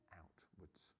outwards